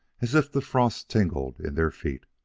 as if the frost tingled in their feet.